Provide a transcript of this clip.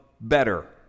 better